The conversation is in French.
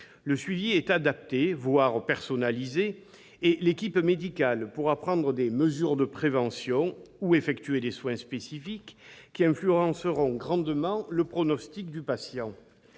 le suivi est adapté, voire personnalisé, et l'équipe médicale pourra prendre des mesures de prévention ou effectuer des soins spécifiques qui influenceront grandement le pronostic du patient.